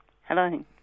Hello